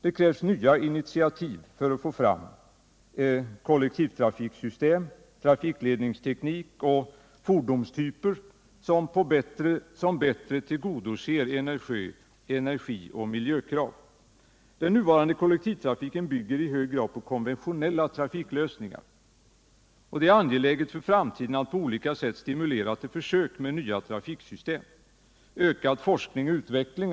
Det krävs nya initiativ för att få fram kollektivtrafiksystem, trafikledningsteknik och fordonstyper som bättre tillgodoser energioch miljökraven. Den nuvarande kollektivtrafiken bygger i hög grad på konventionella trafiklösningar. Det är angeläget för framtiden att på olika sätt stimulera till försök med nya trafiksystem.